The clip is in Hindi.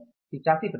85 प्रतिशत